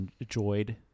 enjoyed